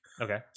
okay